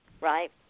right